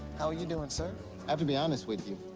how are you doing, sir? i have to be honest with you.